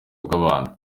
bw’abantu